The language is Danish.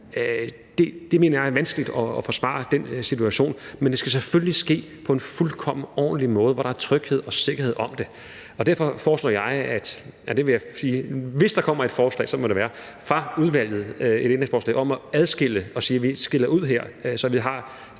Det mener jeg er vanskeligt at forsvare i den situation. Men det skal selvfølgelig ske på en fuldkommen ordentlig måde, hvor der er tryghed og sikkerhed om det. Hvis der kommer et ændringforslag fra udvalget om at adskille forslaget, der siger, at vi skiller det ud her, så vi